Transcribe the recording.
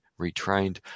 retrained